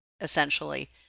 essentially